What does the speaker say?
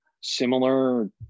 similar